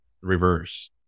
reverse